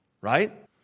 Right